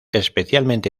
especialmente